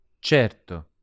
Certo